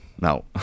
no